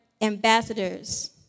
ambassadors